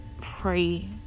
pray